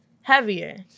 heavier